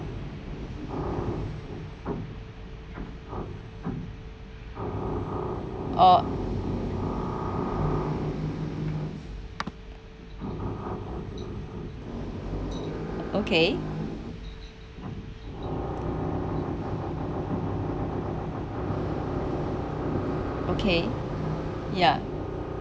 oh okay ya